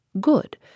Good